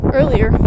earlier